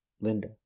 Linda